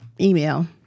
email